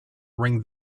ring